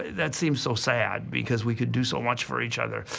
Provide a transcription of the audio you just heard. that seems so sad, because we could do so much for each other.